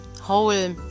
whole